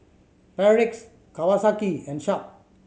Perdix Kawasaki and Sharp